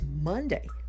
Monday